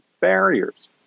barriers